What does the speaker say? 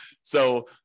So-